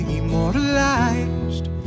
immortalized